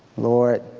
lord,